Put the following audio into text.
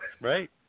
Right